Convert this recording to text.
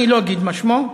אני לא אגיד מה שמו,